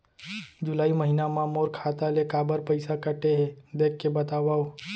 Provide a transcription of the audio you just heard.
जुलाई महीना मा मोर खाता ले काबर पइसा कटे हे, देख के बतावव?